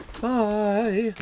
Bye